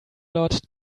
lot